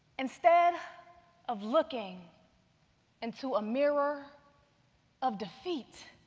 instead of looking into a mirror of defeat,